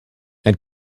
and